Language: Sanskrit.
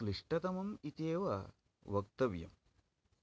क्लिष्टतमं इति एव वक्तव्यं